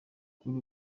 kuri